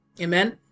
amen